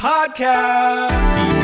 Podcast